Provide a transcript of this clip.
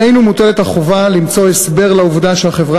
עלינו מוטלת החובה למצוא הסבר לעובדה שהחברה